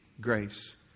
grace